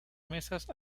mesas